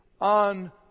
on